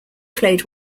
played